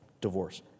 divorce